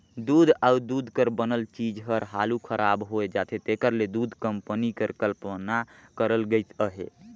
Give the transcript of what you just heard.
दूद अउ दूद कर बनल चीज हर हालु खराब होए जाथे तेकर ले दूध कंपनी कर कल्पना करल गइस अहे